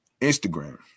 Instagram